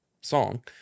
song